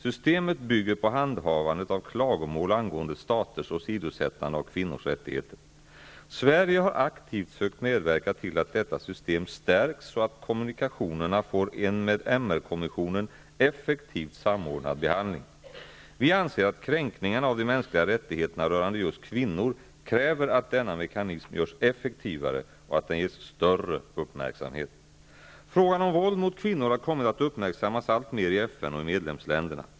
Systemet bygger på handhavandet av klagomål angående staters åsidosättande av kvinnors rättigheter. Sverige har aktivt sökt medverka till att detta system stärks så att kommunikationerna får en med MR-kommissionen effektivt samordnad behandling. Vi anser att kränkningarna av de mänskliga rättigheterna rörande just kvinnor kräver att denna mekanism görs effektivare och att den ges större uppmärksamhet. Frågan om våld mot kvinnor har kommit att uppmärksammas alltmer i FN och i medlemsländerna.